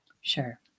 Sure